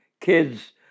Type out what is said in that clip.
kids